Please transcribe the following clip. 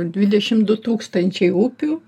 dvidešim du tūkstančiai upių